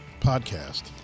podcast